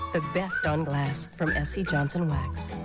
the best on glass. from s c. johnson wax.